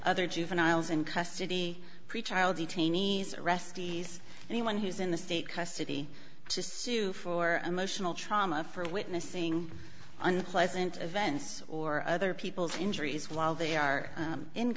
other juveniles in custody pretrial detainees arrestees anyone who's in the state custody to sue for emotional trauma for witnessing unpleasant events or other people's injuries while they are